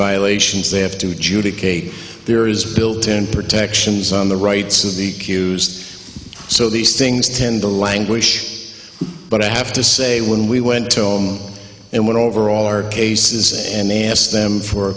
violations they have to judy kate there is a built in protections on the rights of the queues so these things tend to languish but i have to say when we went tome and went over all our cases and they asked them for